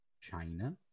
China